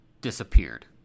disappeared